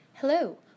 Hello